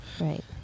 Right